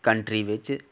country बिच